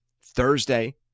Thursday